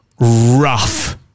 Rough